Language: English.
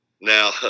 Now